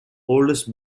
oldest